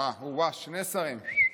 אה, שני שרים.